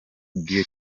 beauty